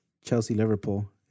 Chelsea-Liverpool